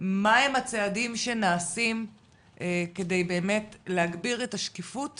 מהם הצעדים שנעשים כדי להגביר את השקיפות